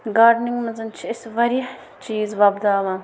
gardening منٛز چھِ أسۍ واریاہ چیٖز وۄپداوان